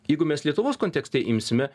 jeigu mes lietuvos kontekste imsime